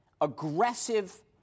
aggressive